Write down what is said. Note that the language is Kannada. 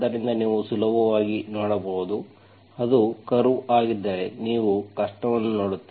ಆದ್ದರಿಂದ ನೀವು ಸುಲಭವಾಗಿ ನೋಡಬಹುದು ಅದು ಕರ್ವ್ ಆಗಿದ್ದರೆ ನೀವು ಕಷ್ಟವನ್ನು ನೋಡುತ್ತೀರಿ